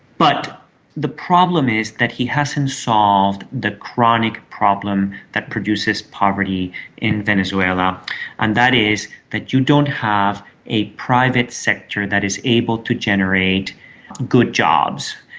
but the problem is that he hasn't solved the chronic problem that produces poverty in venezuela and that is that you don't have a private sector that is able to generate good jobs.